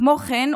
כמו כן,